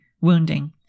wounding